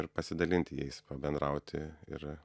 ir pasidalinti jais pabendrauti ir